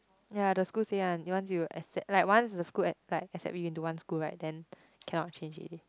ya the school say one once you accep~ like once the school a~ like accept you into one school right then cannot change already